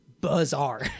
bizarre